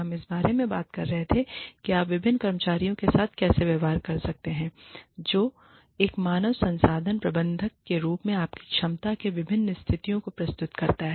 हम इस बारे में बात कर रहे थे कि आप विभिन्न कर्मचारियों के साथ कैसे व्यवहार कर सकते हैं जो एक मानव संसाधन प्रबंधक के रूप में आपकी क्षमता में विभिन्न स्थितियों को प्रस्तुत करते हैं